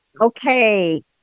Okay